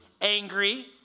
angry